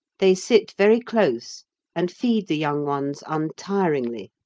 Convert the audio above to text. they sit very close and feed the young ones untiringly.